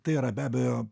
tai yra be abejo